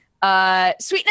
Sweetness